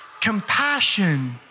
compassion